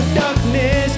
darkness